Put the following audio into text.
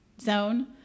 zone